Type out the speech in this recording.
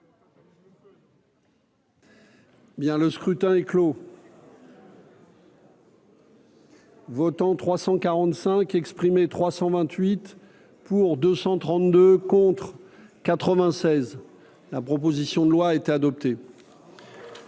Bien, le scrutin est clos. Votants : 345 328 pour 232 contre 96, la proposition de loi a été adoptée.